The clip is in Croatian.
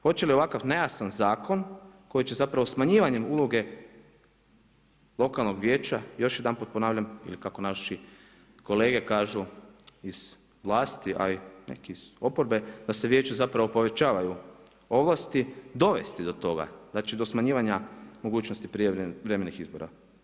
Hoće li ovakav nejasan zakon koji će zapravo smanjivanjem uloge lokalnog vijeća, još jedanput ponavljam ili kako naši kolege kažu iz vlasti, ali neki i iz oporbe, da se Vijeću zapravo povećavaju ovlasti dovesti do toga, znači do smanjivanja mogućnosti prijevremenih izbora.